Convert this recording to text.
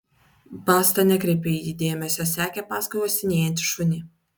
basta nekreipė į jį dėmesio sekė paskui uostinėjantį šunį